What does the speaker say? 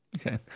Okay